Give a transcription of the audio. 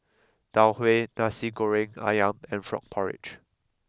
Tau Huay Nasi Goreng Ayam and Frog Porridge